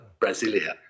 Brasilia